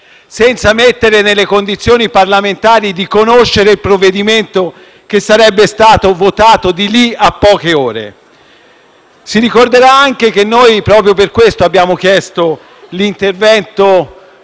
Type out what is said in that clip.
parlamentari nelle condizioni di conoscere il provvedimento che sarebbe stato votato di lì a poche ore. Si ricorderà anche che noi, proprio per questo, abbiamo chiesto l'intervento